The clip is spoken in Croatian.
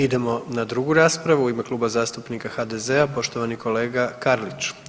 Idemo na drugu raspravu u ime Kluba zastupnika HDZ-a, poštovani kolega Karlić.